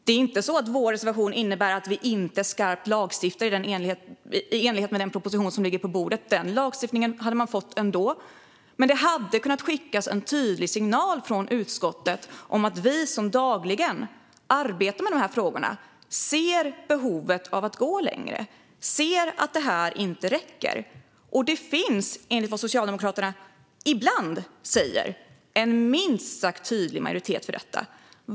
Det är inte så att vår reservation innebär att vi inte ska lagstifta i enlighet med den proposition som ligger på bordet. Den lagstiftningen hade man fått ändå. Men det hade kunnat skickas en tydlig signal från utskottet om att vi som dagligen arbetar med dessa frågor ser behovet av att gå längre, ser att det här inte räcker. Det finns, enligt vad Socialdemokraterna ibland säger, en minst sagt tydlig majoritet för detta.